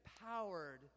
empowered